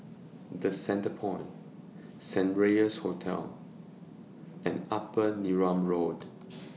The Centrepoint Saint Regis Hotel and Upper Neram Road